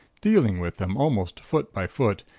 dealing with them almost foot by foot,